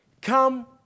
come